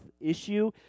issue